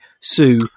sue